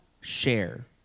share